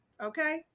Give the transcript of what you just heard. Okay